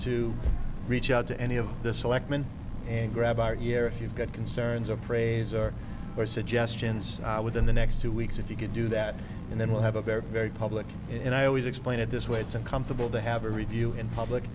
to reach out to any of the selectmen and grab our year if you've got concerns or fraser or suggestions within the next two weeks if you can do that and then we'll have a very very public and i always explain it this way it's uncomfortable to have a review in public